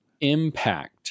impact